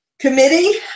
committee